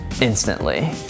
instantly